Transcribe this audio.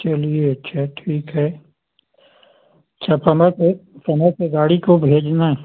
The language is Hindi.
चलिए अच्छा ठीक है अच्छा समय पर समय पर गाड़ी को भेजना